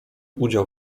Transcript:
udział